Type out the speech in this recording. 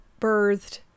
birthed